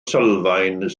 sylfaen